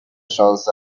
شانس